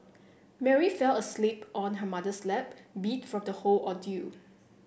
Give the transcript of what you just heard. Mary fell asleep on her mother's lap beat from the whole ordeal